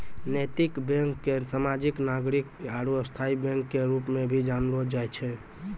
नैतिक बैंक के सामाजिक नागरिक आरू स्थायी बैंक के रूप मे भी जानलो जाय छै